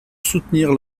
soutenir